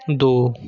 ਦੋ